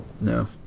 No